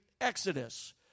Exodus